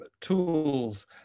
tools